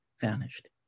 vanished